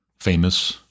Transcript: famous